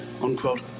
unquote